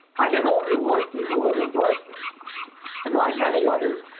i had only looked at who had endorsed it and like many others,